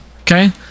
okay